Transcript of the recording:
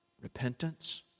repentance